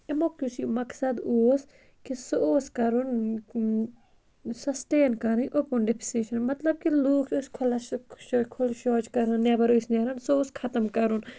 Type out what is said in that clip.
اَمیُک یُس یہِ مقصد اوس کہِ سُہ اوس کَرُن سَسٹین کَرٕنۍ اوٚپُن ڈپِسشَن مطلب کہِ لوٗکھ ٲسۍ کھُلَس کھُلہٕ شوج کَران نیٚبَر ٲسۍ نیران سُہ اوس ختم کَرُن